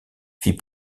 fit